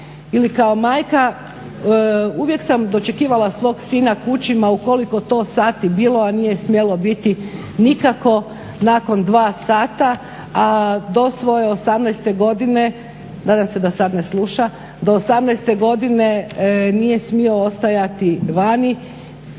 kao majka uvijek sam dočekivala svog sina kući ma u koliko to sati bilo, a nije smjelo biti nikako nakon 2 sata, do svoje 18 godine, nadam se da sad